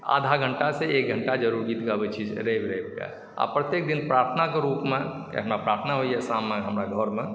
आधा घंटासँ एक घंटा जरूर गीत गबैत छी रवि रविकेँ आ प्रत्येक दिन प्रार्थनाके रूपमे प्रार्थना होइए शाममे हमरा घरमे